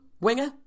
Winger